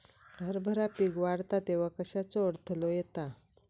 हरभरा पीक वाढता तेव्हा कश्याचो अडथलो येता?